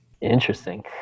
Interesting